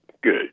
good